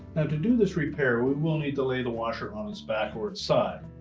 to do this repair we will need to lay the washer on its back or its side.